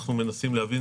אנחנו מנסים להבין.